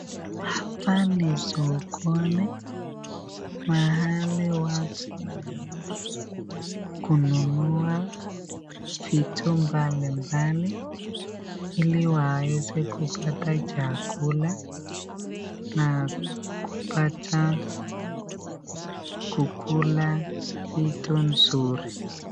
Hapa ni sokoni mahali watu huenda kununua vitu mbali mbali ili waweze kupata chakula na kupata kukula vitu nzuri.